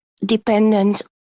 dependent